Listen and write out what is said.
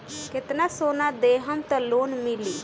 कितना सोना देहम त लोन मिली?